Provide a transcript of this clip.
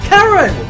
Karen